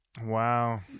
Wow